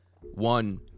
one